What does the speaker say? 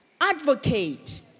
advocate